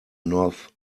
north